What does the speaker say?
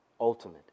ultimate